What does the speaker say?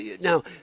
Now